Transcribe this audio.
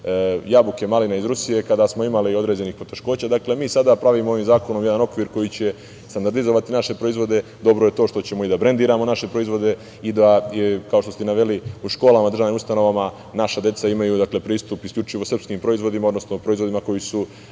jabuke, maline iz Rusije, kada smo imali određenih poteškoća. Dakle, mi sada pravimo ovim zakonom jedan okvir koji će standardizovati naše proizvode, dobro je to što ćemo da brendiramo naše proizvode i da, kao što ste naveli, u školama, državnim ustanovama naša deca imaju pristup isključivo srpskim proizvodima, odnosno proizvodima koji su